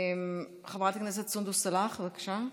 חברת הכנסת סונדוס סאלח, בבקשה.